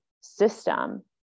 system